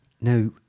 Now